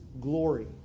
glory